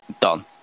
done